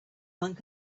monk